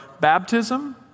baptism